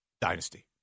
Dynasty